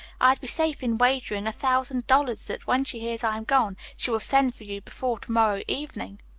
i'd be safe in wagering a thousand dollars that when she hears i'm gone, she will send for you before to-morrow evening.